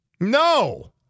No